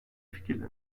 fikirde